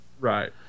Right